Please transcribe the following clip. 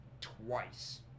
twice